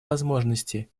возможности